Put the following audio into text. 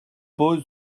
pose